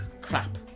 Crap